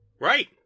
Right